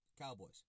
Cowboys